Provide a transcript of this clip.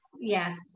Yes